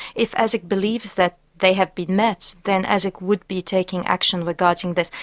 if asic believes that they have been met, then asic would be taking action regarding this,